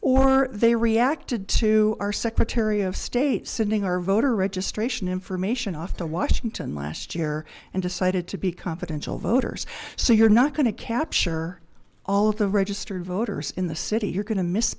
or they reacted to our secretary of state sending our voter registration information off to washington last year and decided to be confidential voters so you're not going to capture all of the registered voters in the city you're going to miss